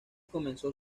comenzó